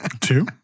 Two